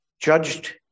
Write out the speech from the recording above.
judged